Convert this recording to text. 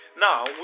now